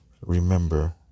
remember